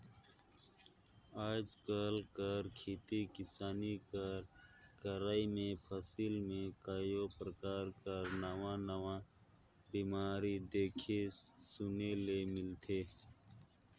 आएज काएल कर खेती किसानी कर करई में फसिल में कइयो परकार कर नावा नावा बेमारी देखे सुने ले मिलथे